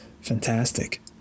fantastic